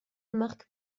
marc